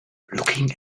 looking